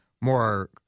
more